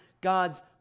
God's